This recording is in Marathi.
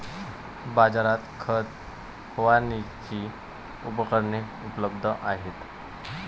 बाजारात खत फवारणीची उपकरणे उपलब्ध आहेत